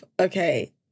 okay